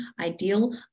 ideal